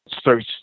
search